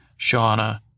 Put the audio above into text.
Shauna